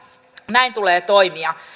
näin tulee toimia